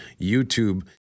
YouTube